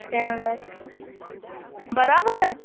tan لیک بَرابَر ہا